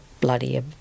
bloody